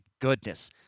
goodness